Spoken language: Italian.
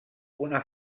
una